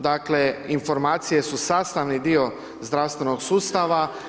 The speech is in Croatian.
Dakle informacije su sastavni dio zdravstvenog sustava.